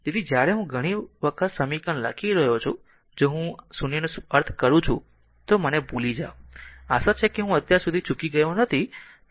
તેથી જ્યારે હું ઘણી વખત સમીકરણ લખી રહ્યો છું જો હું 0 નો અર્થ કરું છું તો મને ભૂલી જાવ આશા છે કે હું અત્યાર સુધી ચૂકી ગયો નથી થોડી સંભાવના છે